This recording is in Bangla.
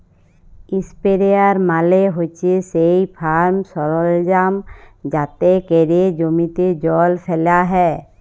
ইসপেরেয়ার মালে হছে সেই ফার্ম সরলজাম যাতে ক্যরে জমিতে জল ফ্যালা হ্যয়